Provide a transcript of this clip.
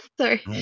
Sorry